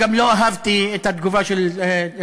גם לא אהבתי את התגובה של תל-השומר,